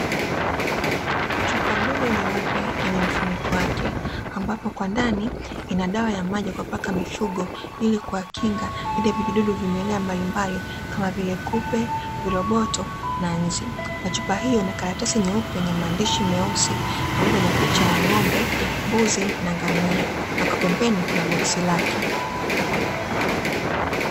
Chupa ndogo nyeupe yenye mfuniko wake ambapo kwa ndani ina dawa ya maji ya kuwapaka mifugo ili kuwakinga dhidi ya vijidudu vimelea mbalimbali kama vile kupe, viroboto na nzi, na chupa hiyo ina karatasi nyeupe yenye maandishi meusi pamoja na picha ya ng'ombe, mbuzi na ngamia, na kwa pembeni kuna boksi lake.